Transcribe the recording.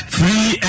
free